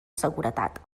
seguretat